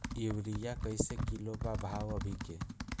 Urea कइसे kilo बा भाव अभी के?